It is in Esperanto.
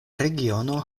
regiono